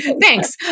Thanks